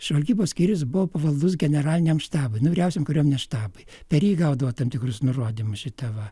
žvalgybos skyrius buvo pavaldus generaliniam štabui nu vyriausiam kariuomenės štabui per jį gaudavo tam tikrus nurodymus šita va